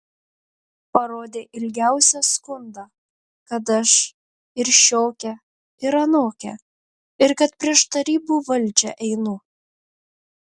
parodė ilgiausią skundą kad aš ir šiokia ir anokia ir kad prieš tarybų valdžią einu